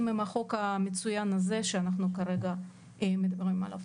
עם החוק המצוין הזה שאנחנו כרגע מדברים עליו.